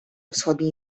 wschodniej